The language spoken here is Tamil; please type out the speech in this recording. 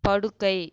படுக்கை